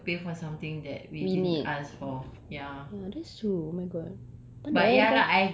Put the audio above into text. yes why do we have to pay for something that will be with us for ya